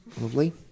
Lovely